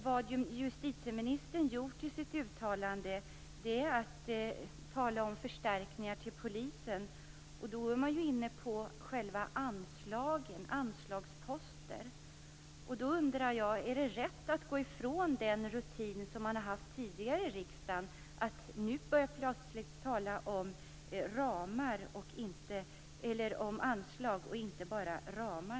Vad justitieministern gjort i sitt uttalande är att nämna förstärkningar till polisen. Då är hon ju inne på själva anslagsposterna. Jag undrar om det är rätt att gå ifrån den rutin man har haft tidigare i riksdagen och nu plötsligt börja tala om anslag och inte bara ramar.